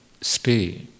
stay